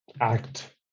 act